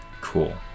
Cool